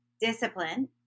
discipline